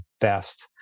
best